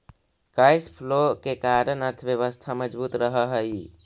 cash flow के कारण अर्थव्यवस्था मजबूत रहऽ हई